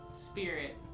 spirit